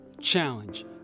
Challenge